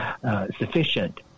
sufficient